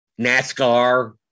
NASCAR